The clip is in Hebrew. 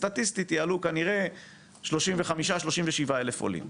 סטטיסטית יעלו כנראה 35,000 37,000 עולים.